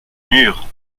mûres